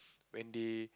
when they